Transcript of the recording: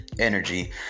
energy